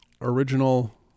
original